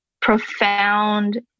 profound